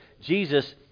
Jesus